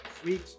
Sweet